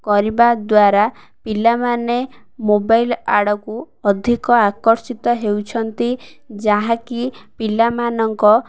କରିବା ଦ୍ୱାରା ପିଲାମାନେ ମୋବାଇଲ ଆଡ଼କୁ ଅଧିକ ଆକର୍ଷିତ ହେଉଛନ୍ତି ଯାହାକି ପିଲାମାନଙ୍କ